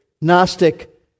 Gnostic